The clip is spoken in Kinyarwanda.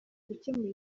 gukemura